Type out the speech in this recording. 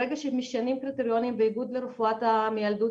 ברגע שמשנים קריטריונים באיגוד לרפואת המיילדות,